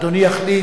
אדוני יחליט,